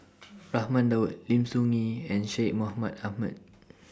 Raman Daud Lim Soo Ngee and Syed Mohamed Ahmed